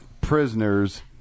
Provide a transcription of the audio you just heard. prisoners